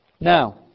Now